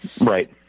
Right